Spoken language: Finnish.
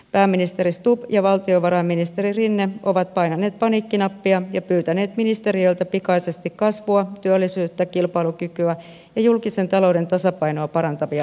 pääministeri stubb ja valtiovarainministeri rinne ovat painaneet paniikkinappia ja pyytäneet ministeriöiltä pikaisesti kasvua työllisyyttä kilpailukykyä ja julkisen talouden tasapainoa parantavia ehdotuksia